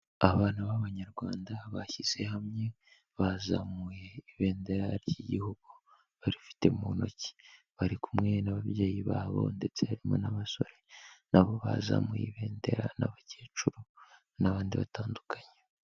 Abana b'abanyarwanda bashyize hamwe bazamuye ibendera ry'igihugu, barifite mu ntoki, bari kumwe n'ababyeyi babo ndetse harimo n'abasore na bo bazamuye ibendera n'abakecuru n'abandi batandukanye.